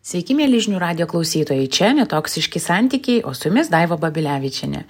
sveiki mieli žinių radijo klausytojai čia netoksiški santykiai o su jumis daiva babilevičienė